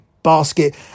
basket